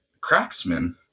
craftsman